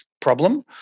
problem